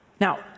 Now